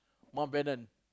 Mountbatten